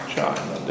China